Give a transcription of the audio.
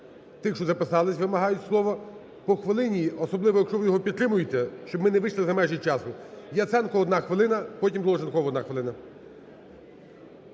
тих, що записалися, вимагають слово. По хвилині, особливо, якщо ви його підтримуєте, щоб ми не вийшли за межі часу. Яценко, одна хвилина, потім – Долженков, одна хвилина.